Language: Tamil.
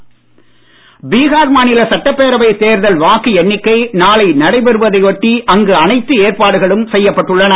பீகார் பீகார் மாநில சட்டப்பேரவைத் தேர்தல் வாக்கு எண்ணிக்கை நாளை நடைபெறுவதை ஒட்ட அங்கு அனைத்து ஏற்பாடுகளும் செய்யப்பட்டுள்ளனர்